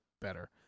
better